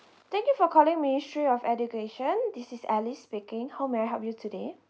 thank you for calling ministry of education this is alice speaking how may I help you today